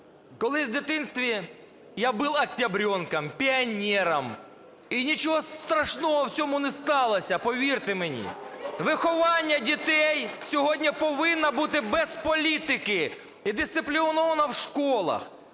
Колись у дитинстві я был октябренком, пионером - і нічого страшного в цьому не сталося, повірте мені! Виховання дітей сьогодні повинно бути без політики і дисципліновано в школах.